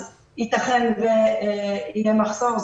ייתכן ויהיה מחסור,